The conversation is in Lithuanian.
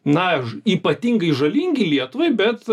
na ypatingai žalingi lietuvai bet